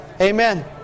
Amen